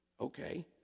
Okay